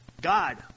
God